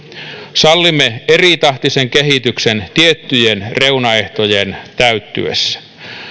sallimme eritahtisen kehityksen tiettyjen reunaehtojen täyttyessä